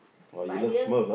but I didn't